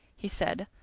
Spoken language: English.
he said,